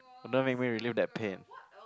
don't make me relieve that pain